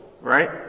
right